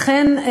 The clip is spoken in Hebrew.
אכן,